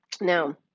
now